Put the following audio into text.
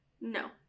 No